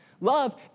Love